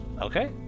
Okay